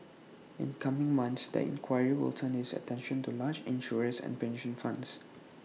in coming months the inquiry will turn its attention to large insurers and pension funds